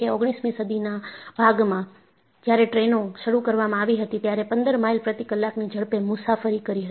ઓગણીસમી સદીના ભાગમાં જ્યારે ટ્રેનો શરૂ કરવામાં આવી ત્યારે તે 15 માઈલ પ્રતિ કલાકની ઝડપે મુસાફરી કરતી હતી